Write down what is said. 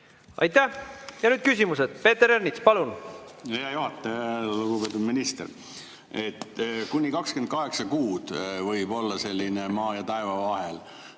Aitäh! Ja nüüd küsimused. Peeter Ernits, palun! Hea juhataja! Lugupeetud minister! Kuni 28 kuud võib olla selline maa ja taeva vahel.